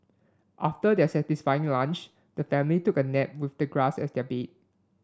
after their satisfying lunch the family took a nap with the grass as their bed